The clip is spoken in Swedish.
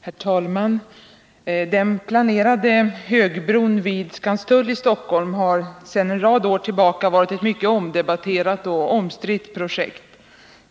Herr talman! Den planerade högbron vid Skanstull i Stockholm har sedan en rad år tillbaka varit ett mycket omdebatterat och omstritt projekt.